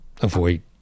Avoid